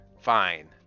fine